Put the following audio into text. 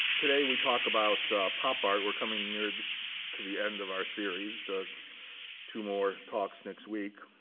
today, we talk about pop art. we're coming near to the end of our series, two more talks next week.